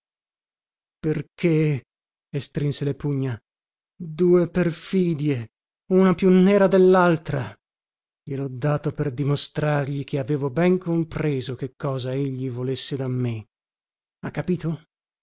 perché e strinse le pugna due perfidie una più nera dellaltra glielho dato per dimostrargli che avevo ben compreso che cosa egli volesse da me ha capito